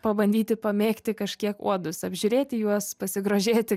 pabandyti pamėgti kažkiek uodus apžiūrėti juos pasigrožėti